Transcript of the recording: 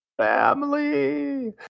family